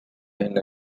enne